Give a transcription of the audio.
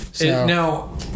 Now